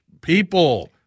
people